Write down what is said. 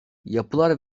yapılar